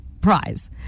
prize